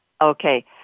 okay